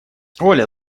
оля